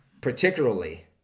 particularly